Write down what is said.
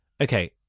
Okay